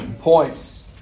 points